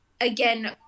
again